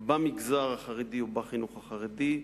במגזר החרדי ובחינוך החרדי,